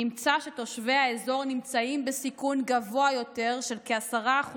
נמצא שתושבי האזור נמצאים בסיכון גבוה יותר של כ-10%